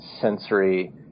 sensory